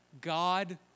God